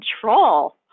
control